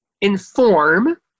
inform